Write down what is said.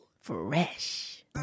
Fresh